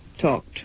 talked